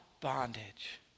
bondage